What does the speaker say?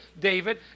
David